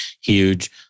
huge